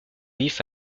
vif